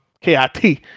KIT